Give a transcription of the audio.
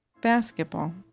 basketball